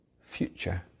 future